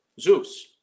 Zeus